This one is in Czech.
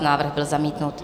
Návrh byl zamítnut.